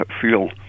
feel